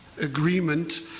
agreement